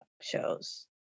shows